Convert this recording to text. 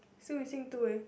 still missing two eh